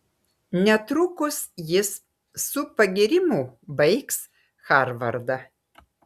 netrukus jis su pagyrimu baigs harvardą